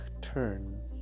turn